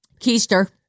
Keister